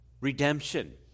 redemption